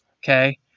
Okay